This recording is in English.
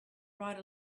right